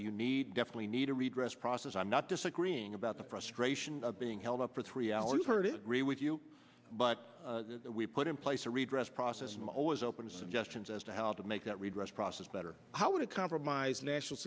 you need definitely need a redress process i'm not disagreeing about the frustration of being held up for three hours her to read with you but we put in place a redress process i'm always open to suggestions as to how to make that redress process better how to compromise national